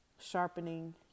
sharpening